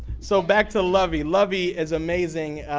so, back to luvvie. luvvie is amazing,